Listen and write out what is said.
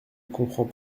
comprends